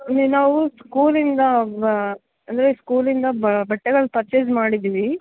ಇಲ್ಲಿ ನಾವು ಸ್ಕೂಲಿಂದ ಬ ಅಂದರೆ ಸ್ಕೂಲಿಂದ ಬಟ್ಟೆಗಳ್ನ ಪರ್ಚೇಸ್ ಮಾಡಿದ್ದೀವಿ